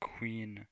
Queen